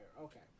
Okay